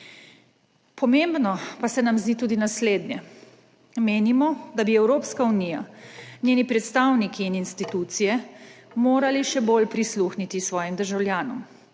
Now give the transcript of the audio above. Pomembno pa se nam zdi tudi naslednje. Menimo, da bi Evropska unija, njeni predstavniki in institucije morali še bolj prisluhniti svojim državljanom.